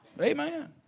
Amen